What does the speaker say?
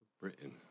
britain